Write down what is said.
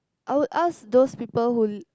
I would ask those people who